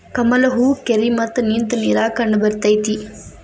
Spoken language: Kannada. ಕಮಲ ಹೂ ಕೆರಿ ಮತ್ತ ನಿಂತ ನೇರಾಗ ಕಂಡಬರ್ತೈತಿ